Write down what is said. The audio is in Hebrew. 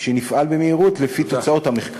שנפעל במהירות לפי תוצאות המחקר.